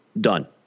done